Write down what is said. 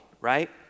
right